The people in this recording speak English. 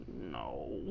no